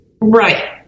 Right